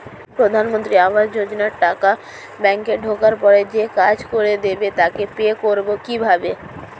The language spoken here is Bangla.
প্রধানমন্ত্রী আবাস যোজনার টাকা ব্যাংকে ঢোকার পরে যে কাজ করে দেবে তাকে পে করব কিভাবে?